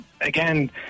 again